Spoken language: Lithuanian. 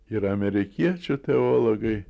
ir amerikiečių teologai